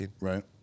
Right